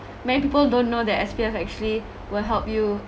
many people don't know that S_P_F actually will help you